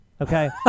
okay